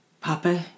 Papa